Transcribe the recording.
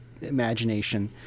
imagination